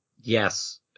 Yes